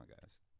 guys